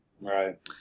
Right